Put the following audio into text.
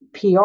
PR